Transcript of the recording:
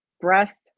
breast